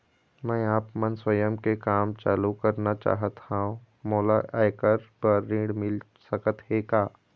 मैं आपमन स्वयं के काम चालू करना चाहत हाव, मोला ऐकर बर ऋण मिल सकत हे का?